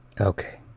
Okay